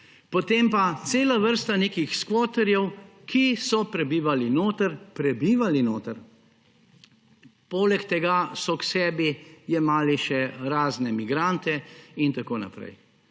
Potem pa cela vrsta nekih skvoterjev, ki so prebivali notri. Prebivali notri! Poleg tega so k sebi jemali še razne migrante in tako naprej.